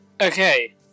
Okay